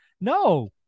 No